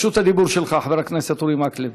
רשות הדיבור שלך, חבר הכנסת אורי מקלב.